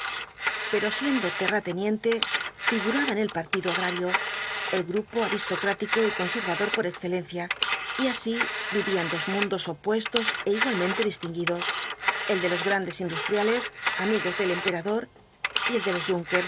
pero siendo terrateniente figuraba en el partido agrario el grupo aristocrático y conservador por excelencia y así vivía en dos mundos opuestos é igualmente distinguidos el de los grandes industriales amigos del emperador y el de los